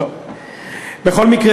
בכל מקרה,